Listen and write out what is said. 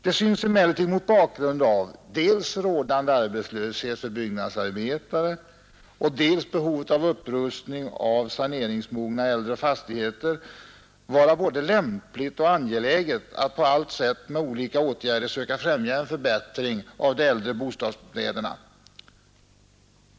Det synes emellertid mot bakgrund av rådande arbetslöshet för byggnadsarbetare och behovet av upprustning av saneringsmogna äldre fastigheter vara både lämpligt och angeläget att på allt sätt med olika åtgärder söka främja en förbättring av de äldre bostäderna.